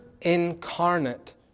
incarnate